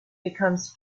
becomes